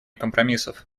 компромиссов